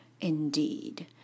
Indeed